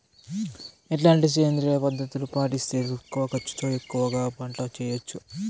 ఎట్లాంటి సేంద్రియ పద్ధతులు పాటిస్తే తక్కువ ఖర్చు తో ఎక్కువగా పంట చేయొచ్చు?